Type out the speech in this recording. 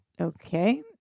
Okay